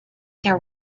there